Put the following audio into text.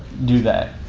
do that.